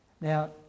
Now